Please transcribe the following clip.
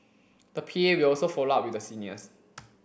the P A will also follow up with the seniors